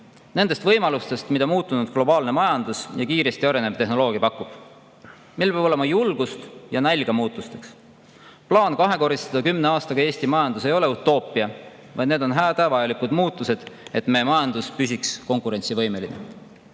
nendest võimalustest, mida muutunud globaalne majandus ja kiiresti arenev tehnoloogia pakub. Meil peab olema julgust ja nälga muutuste järele. Plaan kahekordistada kümne aastaga Eesti majandus ei ole utoopia, aga need on hädavajalikud muudatused, et me majandus püsiks konkurentsivõimeline.